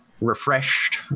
refreshed